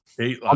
Eight